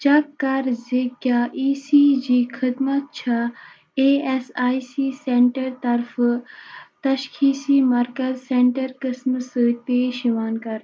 check کَر زِ کیٛاہ ای سی جی خدمت چھا A S I C centre طرفہٕ تشخیٖصی مرکز سٮ۪نٹر قٕسمہٕ سۭتۍ پیش یِوان کر